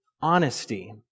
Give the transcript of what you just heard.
honesty